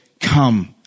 come